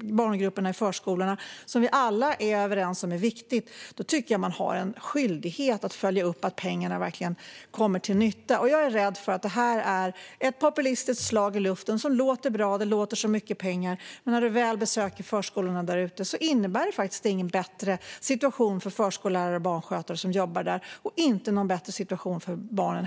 barngrupperna i förskolan, vilket vi alla är överens om är viktigt, tycker jag att man har en skyldighet att följa upp att pengarna verkligen kommer till nytta. Jag är rädd för att detta är ett populistiskt slag i luften som låter bra. Det låter som mycket pengar, men när man väl besöker förskolorna där ute ser man att det faktiskt inte innebär en bättre situation för de förskollärare och barnskötare som jobbar där och heller inte en bättre situation för barnen.